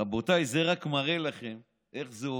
רבותיי, זה רק מראה לכם איך זה עובד.